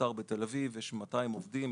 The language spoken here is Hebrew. באתר בתל-אביב יש 200 עובדים,